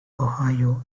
ohio